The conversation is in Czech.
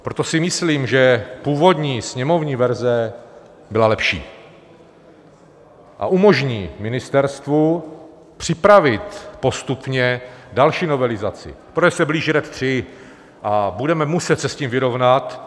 Proto si myslím, že původní sněmovní verze byla lepší a umožní ministerstvu připravit postupně další novelizaci, protože se blíží RED III a budeme muset se s tím vyrovnat.